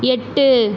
எட்டு